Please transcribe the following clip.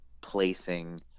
placing